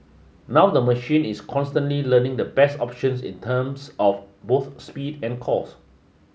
now the machine is constantly learning the best options in terms of both speed and cost